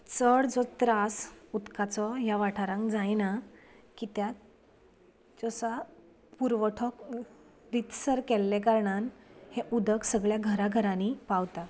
चड जो त्रास उदकाचो ह्या वाठारांक जायना कित्याक जो आसा पुरवठो वित्सर केल्ले कारणान हें उदक सगळ्या घरां घरांनी पावता